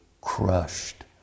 crushed